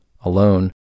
alone